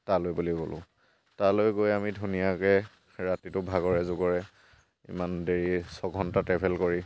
তালৈ বুলি গ'লোঁ তালৈ গৈ আমি ধুনীয়াকৈ ৰাতিটো ভাগৰে জোগৰে ইমান দেৰি ছঘণ্টা ট্ৰেভেল কৰি